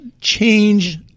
change